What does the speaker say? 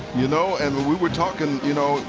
you know and but we were talking, you know,